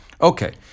Okay